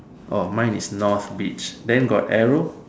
orh mine is North beach then got arrow